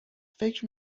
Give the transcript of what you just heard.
فکر